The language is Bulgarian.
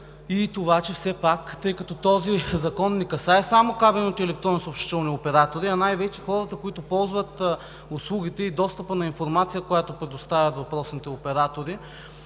и това, че все пак, тъй като този закон не касае само кабелните и електронните съобщителни оператори, а най-вече хората, които ползват услугите и достъпа на информация, която предоставят въпросните оператори,